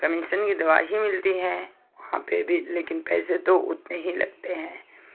commission की दवा ही मिलती हैं वहाँ पर भी लेकिन पैसे तो उतने ही लगते हैं